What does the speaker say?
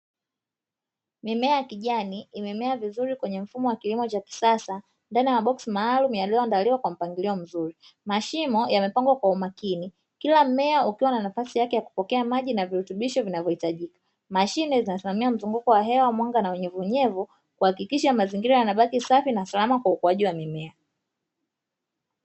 Mimea ya kijani imemea vizuri kwenye mfumo wa kilimo cha kisasa, ndani ya maboksi maalumu yaliyoandaliwa kwa mpangilio mzuri, mashimo yamepangwa kwa umakini, kila mmea ukiwa na nafasi yake ya kupokea maji na virutubisho vinavyohitajika. Mashine zinasimamia mzunguko wa hewa mwanga na unyevu unyevu kuhakikisha mazingira yanabaki safi na salama kwa ukuwaji wa mimea .